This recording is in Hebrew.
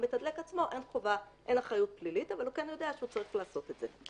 ולמתדלק עצמו אין אחריות פלילית אבל הוא כן יודע שהוא צריך לעשות את זה.